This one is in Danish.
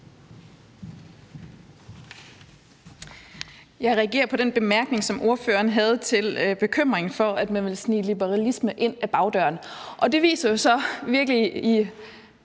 Jeg reagerer på den bemærkning, som ordføreren havde om bekymringen for, at man vil snige liberalisme ind ad bagdøren. Og det viser jo så meget